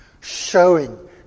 showing